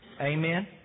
Amen